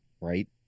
Right